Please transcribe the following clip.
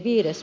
ään